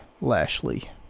Lashley